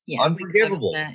Unforgivable